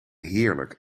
heerlijk